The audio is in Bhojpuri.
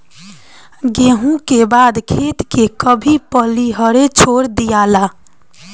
गेंहू के बाद खेत के कभी पलिहरे छोड़ दियाला